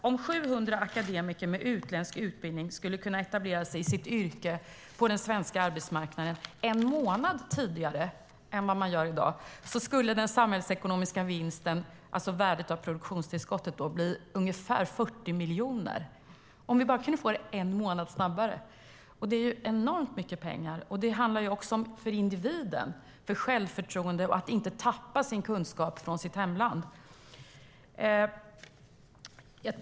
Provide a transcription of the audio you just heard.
Om 700 akademiker med utländsk utbildning skulle kunna etablera sig i sitt yrke på den svenska arbetsmarknaden en månad tidigare än vad de gör i dag skulle den samhällsekonomiska vinsten, alltså värdet av produktionstillskottet, bli ungefär 40 miljoner - om vi bara kunde få det en månad snabbare. Det är enormt mycket pengar. För individen handlar det också om självförtroende och att inte tappa sin kunskap från hemlandet.